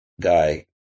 guy